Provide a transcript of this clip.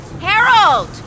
Harold